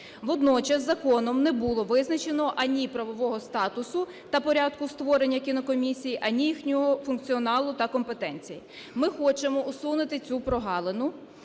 Водночас законом не було визначено ані правового статусу та порядку створення кінокомісій, ані їхнього функціоналу та компетенції. Ми хочемо усунути цю прогалину,